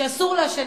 שאסור לעשן,